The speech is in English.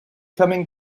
coming